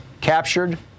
captured